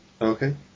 Okay